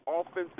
offensive